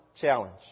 challenge